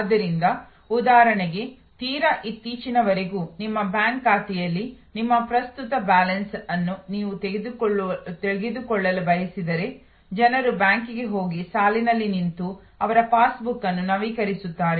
ಆದ್ದರಿಂದ ಉದಾಹರಣೆಗೆ ತೀರಾ ಇತ್ತೀಚಿನವರೆಗೂ ನಿಮ್ಮ ಬ್ಯಾಂಕ್ ಖಾತೆಯಲ್ಲಿ ನಿಮ್ಮ ಪ್ರಸ್ತುತ ಬ್ಯಾಲೆನ್ಸ್ ಅನ್ನು ನೀವು ತಿಳಿದುಕೊಳ್ಳಲು ಬಯಸಿದರೆ ಜನರು ಬ್ಯಾಂಕಿಗೆ ಹೋಗಿ ಸಾಲಿನಲ್ಲಿ ನಿಂತು ಅವರ ಪಾಸ್ಬುಕ್ ಅನ್ನು ನವೀಕರಿಸುತ್ತಾರೆ